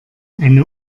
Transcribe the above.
eine